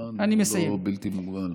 הזמן הוא לא בלתי מוגבל.